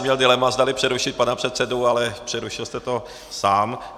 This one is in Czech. Měl jsem dilema, zdali přerušit pana předsedu, ale přerušil jste to sám.